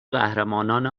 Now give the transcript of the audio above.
قهرمانان